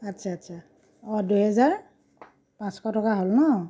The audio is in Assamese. আচ্ছা আচ্ছা অঁ দুহেজাৰ পাঁচশ টকা হ'ল ন